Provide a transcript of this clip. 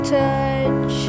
touch